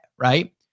right